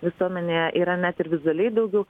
visuomenėje yra net ir vizualiai daugiau